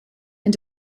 and